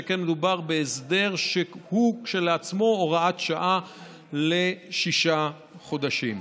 שכן מדובר בהסדר שהוא כשלעצמו הוראת שעה לשישה חודשים.